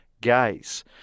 gaze